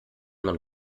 man